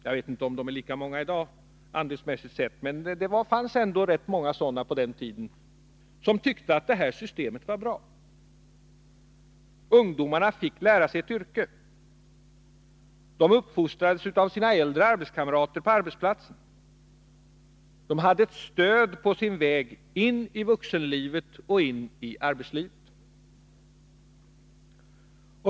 Jag vet inte om de är lika många i dag, men det fanns ändå ganska många sådana på den tiden, som tyckte att detta system var bra. Ungdomarna fick lära sig ett yrke. De uppfostrades av sina äldre arbetskamrater på arbetsplatsen. De hade ett stöd på sin väg in i vuxenlivet och in i arbetslivet.